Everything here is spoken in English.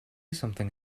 something